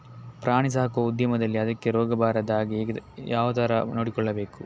ಪ್ರಾಣಿ ಸಾಕುವ ಉದ್ಯಮದಲ್ಲಿ ಅದಕ್ಕೆ ರೋಗ ಬಾರದ ಹಾಗೆ ಹೇಗೆ ಯಾವ ತರ ನೋಡಿಕೊಳ್ಳಬೇಕು?